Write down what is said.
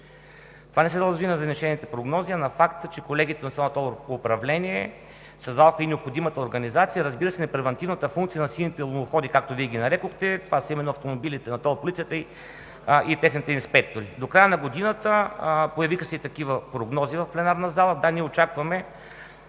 Това не се дължи на занижените прогнози, а на факта, че колеги от Националното тол управление създадоха и необходимата организация, разбира се, на превантивната функция на сините луноходи, както Вие ги нарекохте, това са именно автомобилите на тол полицията и техните инспектори. До края на годината – появиха се и такива прогнози в пленарна зала – да, ние очакваме